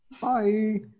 Bye